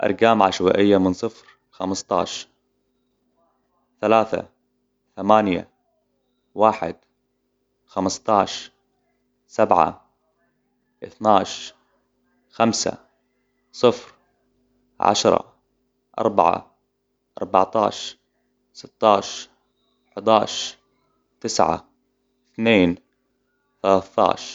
أرقام عشوائية من صفر لخمستاش ,ثلاثة, ثمانية ,واحد, خمستاش ,سبعة, إثناش, خمسة ,صفر, عشرة, أربعة ,أربعتاش, ستاش, حداش, تسعة ,اثنين, ثلاثاش.